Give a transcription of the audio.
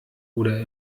oder